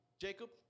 Jacob